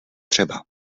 třeba